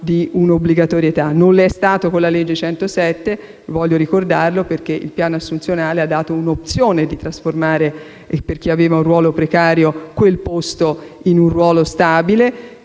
di un'obbligatorietà. Non lo è stato con la legge n. 107, lo voglio ricordare, perché il piano assunzionale ha prospettato l'opzione di trasformare, per chi aveva un ruolo precario, quel posto in un ruolo stabile